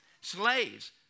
slaves